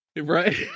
right